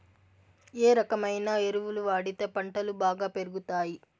ఏ రకమైన ఎరువులు వాడితే పంటలు బాగా పెరుగుతాయి?